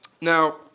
Now